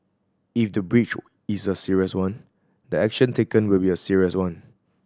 if the breach is a serious one the action taken will be a serious one